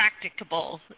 practicable